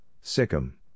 Sikkim